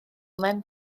mewn